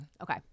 Okay